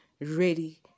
ready